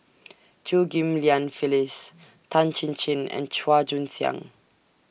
Chew Ghim Lian Phyllis Tan Chin Chin and Chua Joon Siang